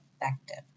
effective